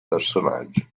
personaggi